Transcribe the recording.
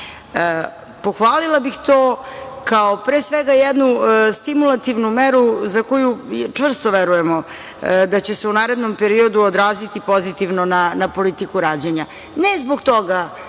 Pohvalila bih to kao, pre svega jednu stimulativnu meru za koju čvrsto verujemo da će se u narednom periodu odraziti pozitivno na politiku rađanja, ne zbog toga,